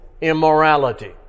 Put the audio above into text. immorality